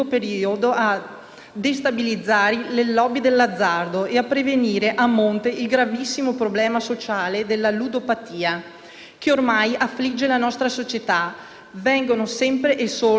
che ormai affligge la nostra società; vengono sempre e solo ipotizzate irregolarità da sanare. L'Italia continua a essere stretta nella morsa del «ce lo chiede l'Europa»